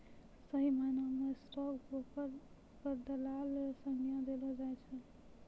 सही मायना म स्टॉक ब्रोकर क दलाल र संज्ञा देलो जाय छै